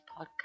podcast